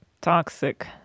Toxic